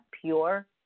pure